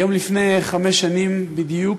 היום לפני חמש שנים בדיוק,